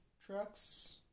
trucks